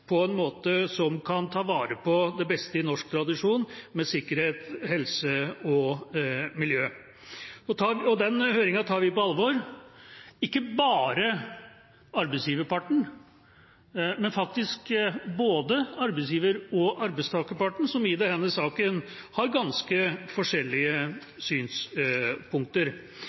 på en måte som kan ta vare på det beste i norsk tradisjon med hensyn til sikkerhet, helse og miljø. Den høringen tar vi på alvor, ikke bare arbeidsgiverparten, men både arbeidsgiverparten og arbeidstakerparten, som i denne saken har ganske forskjellige synspunkter.